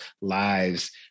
lives